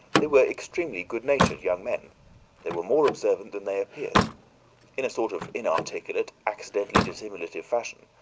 they were extremely good natured young men they were more observant than they appeared in a sort of inarticulate, accidentally dissimulative fashion,